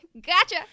gotcha